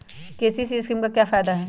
KCC scheme का फायदा क्या है?